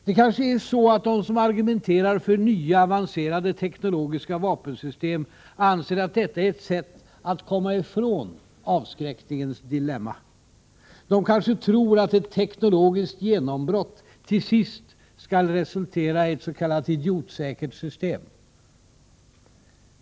Det kanske är så att de som argumenterar för nya, avancerade teknologiska vapensystem anser att detta är ett sätt att komma ifrån avskräckningens dilemma. De kanske tror att ett teknologiskt genombrott till sist skall resultera i ett s.k. idiotsäkert system.